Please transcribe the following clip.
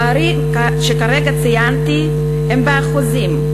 הפערים שכרגע ציינתי הם באחוזים,